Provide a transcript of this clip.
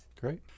Great